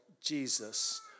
Jesus